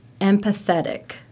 empathetic